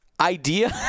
idea